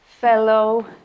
fellow